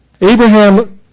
Abraham